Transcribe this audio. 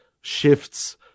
shifts